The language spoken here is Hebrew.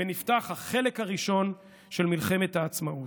ונפתח החלק הראשון של מלחמת העצמאות.